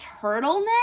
turtleneck